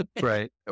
Right